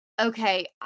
okay